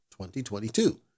2022